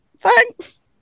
thanks